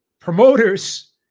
promoters